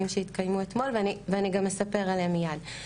שהתקיימו אתמול ואני גם אספר עליהם מייד.